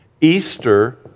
Easter